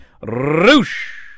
Roosh